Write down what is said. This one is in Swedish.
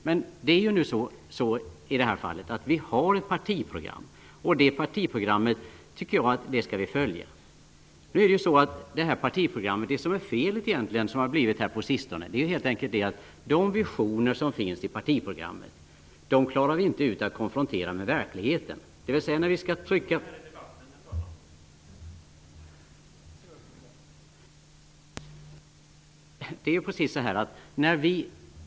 Men det är nu så i det här fallet att vi har ett partiprogram. Det partiprogrammet tycker jag att vi skall följa. Det som har blivit fel på sistone är helt enkelt att vi inte klarar att konfrontera de visioner som finns i partiprogrammet med verkligheten.